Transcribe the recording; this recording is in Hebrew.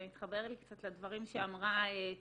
זה מתחבר לי קצת לדברים שאמרה טובה